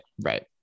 right